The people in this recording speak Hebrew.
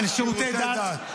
שירותי דת.